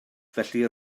felly